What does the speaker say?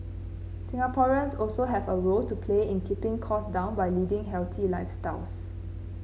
Singaporeans also have a role to play in keeping costs down by leading healthy lifestyles